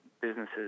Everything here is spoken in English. businesses